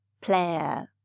player